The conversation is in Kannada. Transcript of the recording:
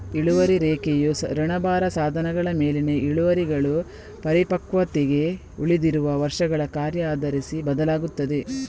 ಇಳುವರಿ ರೇಖೆಯು ಋಣಭಾರ ಸಾಧನಗಳ ಮೇಲಿನ ಇಳುವರಿಗಳು ಪರಿಪಕ್ವತೆಗೆ ಉಳಿದಿರುವ ವರ್ಷಗಳ ಕಾರ್ಯ ಆಧರಿಸಿ ಬದಲಾಗುತ್ತದೆ